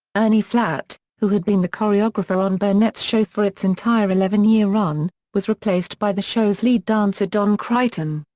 ernie flatt, who had been the choreographer on burnett's show for its entire eleven year run, was replaced by the show's lead dancer don crichton.